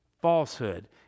falsehood